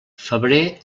febrer